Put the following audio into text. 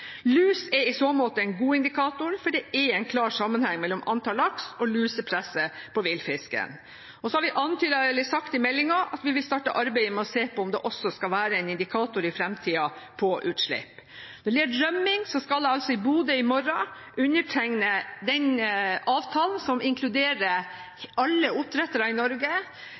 Lus er i så måte en god indikator, for det er en klar sammenheng mellom antall laks og lusepresset på villfisken. Så har vi antydet, eller sagt, i meldingen at vi vil starte arbeidet med å se på om det i fremtiden også skal være en indikator på utslipp. Når det gjelder rømming, skal jeg i Bodø i morgen undertegne den avtalen som inkluderer